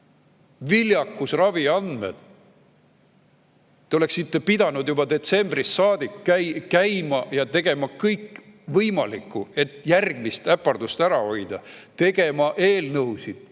viljakusravi andmed … Te oleksite pidanud juba detsembrist saadik käima ja tegema kõik võimaliku, et järgmist äpardust ära hoida, tegema eelnõusid,